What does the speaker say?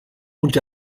und